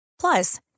Plus